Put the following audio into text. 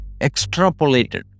extrapolated